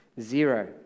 Zero